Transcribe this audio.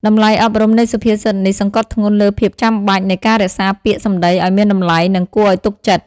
តម្លៃអប់រំនៃសុភាសិតនេះសង្កត់ធ្ងន់លើភាពចាំបាច់នៃការរក្សាពាក្យសម្ដីឱ្យមានតម្លៃ និងគួរឱ្យទុកចិត្ត។